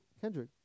Kendrick